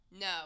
No